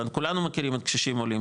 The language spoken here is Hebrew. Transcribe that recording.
כולנו מכירים את הקשישים העולים,